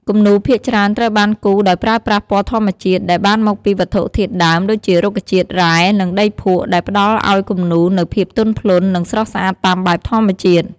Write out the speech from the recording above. គំនូរភាគច្រើនត្រូវបានគូរដោយប្រើប្រាស់ពណ៌ធម្មជាតិ ដែលបានមកពីវត្ថុធាតុដើមដូចជារុក្ខជាតិ រ៉ែ និងដីភក់ ដែលផ្តល់ឱ្យគំនូរនូវភាពទន់ភ្លន់ និងស្រស់ស្អាតតាមបែបធម្មជាតិ។